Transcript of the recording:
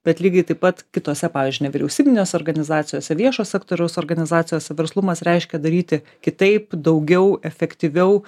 bet lygiai taip pat kitose pavyzdžiui nevyriausybinėse organizacijose viešo sektoriaus organizacijose verslumas reiškia daryti kitaip daugiau efektyviau